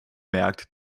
merkt